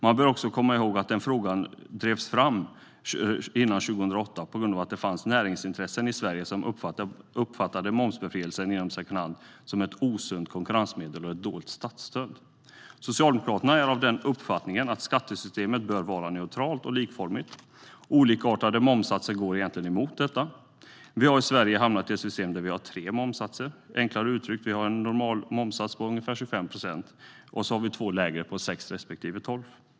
Man bör också komma ihåg att frågan drevs fram före 2008 genom att det fanns näringsintressen i Sverige som uppfattade momsbefrielsen inom secondhandverksamheten som ett osunt konkurrensmedel och ett dolt statsstöd. Socialdemokraterna är av uppfattningen att skattesystemet bör vara neutralt och likformigt. Olikartade momssatser går egentligen emot detta. Vi har i Sverige hamnat i ett system där vi har tre momssatser. Enklare uttryckt: Vi har en normal momssats på 25 procent och två lägre momssatser på 6 respektive 12 procent.